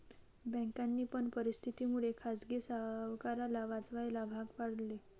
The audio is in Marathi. बँकांनी पण परिस्थिती मुळे खाजगी सावकाराला वाचवायला भाग पाडले